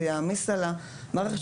זה יעמיס על המערכת.